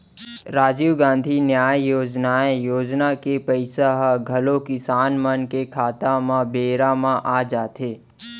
राजीव गांधी न्याय योजनाए योजना के पइसा ह घलौ किसान मन के खाता म बेरा म आ जाथे